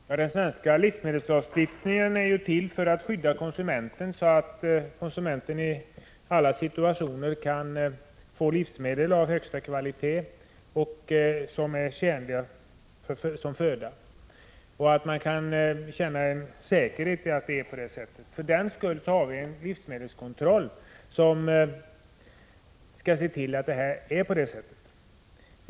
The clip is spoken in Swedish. Herr talman! Den svenska livsmedelslagstiftningen är till för att skydda konsumenten så att konsumenten i alla situationer kan få livsmedel av högsta kvalitet som är tjänliga som föda. Konsumenten skall kunna känna säkerhet om livsmedlens kvalitet. För den skull har vi en livsmedelskontroll.